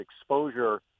exposure